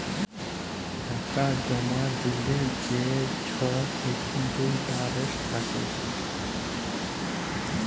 টাকা জমা দিলে যে ছব ইলটারেস্ট থ্যাকে